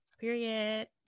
Period